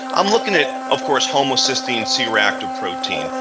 i'm looking at, of course, homocysteine c-reactive protein.